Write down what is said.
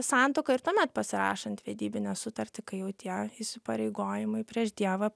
santuoką ir tuomet pasirašant vedybinę sutartį kai jau tie įsipareigojimai prieš dievą